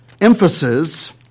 emphasis